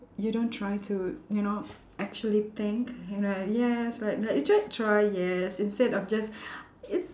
you don't try to you know actually think you know like yes like like try yes instead of just it's